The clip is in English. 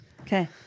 Okay